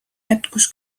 jätkus